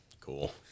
Cool